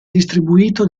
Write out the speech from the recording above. distribuito